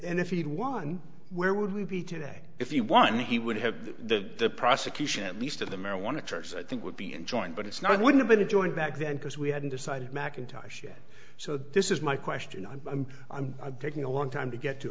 and if he'd won where would we be today if you want me he would have to the prosecution at least of the marijuana trucks i think would be enjoined but it's not i wouldn't have any joint back then because we hadn't decided mcintosh yet so this is my question i'm i'm i'm taking a long time to get to